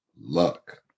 luck